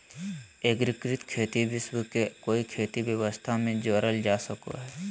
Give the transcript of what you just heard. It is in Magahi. एग्रिकृत खेती विश्व के कोई खेती व्यवस्था में जोड़ल जा सको हइ